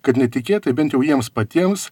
kad netikėtai bent jau jiems patiems